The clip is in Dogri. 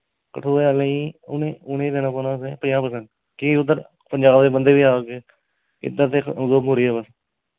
कठुए आह्ले ई उ'नें ई देना पौना असें पञां परसैंट कि उद्धर पंजाब दे बंदे बी आवै दे इद्धर दे उधमपुर ई ऐ बस